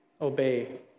obey